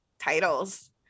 titles